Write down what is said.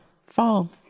fall